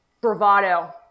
bravado